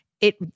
it-